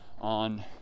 on